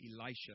Elisha